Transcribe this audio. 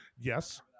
Yes